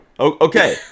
Okay